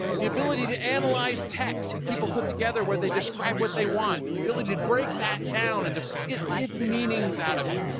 the ability to analyze text that people put together where they describe what they want and the ability to break that down and to get hidden meanings out of it.